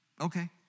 Okay